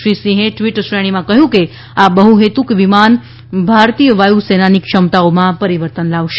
શ્રી સિંહે ટ્વીટ શ્રેણીમાં કહ્યું કે આ બહ્હેતુક વિમાન ભારતીય વાયુ સેનાની ક્ષમતાઓમાં પરિવર્તન લાવશે